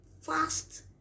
fast